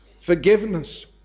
forgiveness